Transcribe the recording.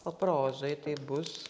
o prozoj taip bus